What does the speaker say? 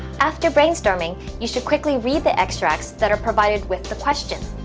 after brainstorming, you should quickly read the extracts that are provided with the question.